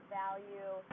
value